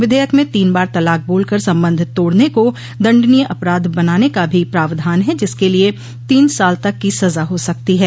विधेयक में तीन बार तलाक बोलकर संबंध तोड़ने को दंडनीय अपराध बनाने का भी प्रावधान है जिसके लिए तीन साल तक की सजा हो सकती है